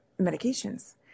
medications